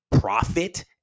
profit